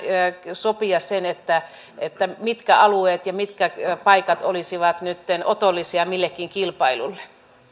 sopia sen mitkä alueet ja mitkä paikat olisivat nytten otollisia millekin kilpailuille